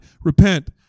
Repent